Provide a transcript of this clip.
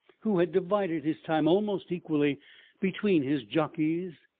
who had divided his time almost equally between his jockeys,